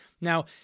Now